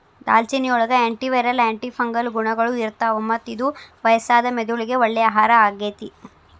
ದಾಲ್ಚಿನ್ನಿಯೊಳಗ antiviral, antifungal ಗುಣಗಳು ಇರ್ತಾವ, ಮತ್ತ ಇದು ವಯಸ್ಸಾದ ಮೆದುಳಿಗೆ ಒಳ್ಳೆ ಆಹಾರ ಆಗೇತಿ